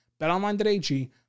BetOnline.ag